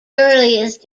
earliest